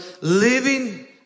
living